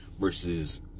versus